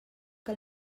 que